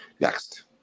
Next